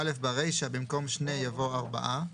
(א)ברישה, במקום "שני" יבוא "ארבעה";